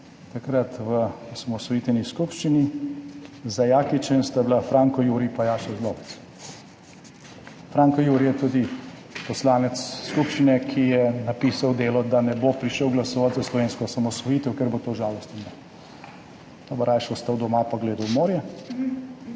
takrat v osamosvojitveni skupščini, za Jakičem, sta bila Franco Juri in Jaša Zlobec. Franco Juri je tudi poslanec skupščine, ki je v Delu napisal, da ne bo prišel glasovat za slovensko osamosvojitev, ker bo to žalostno, da bo rajši ostal doma in gledal v morje.